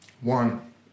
one